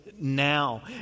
now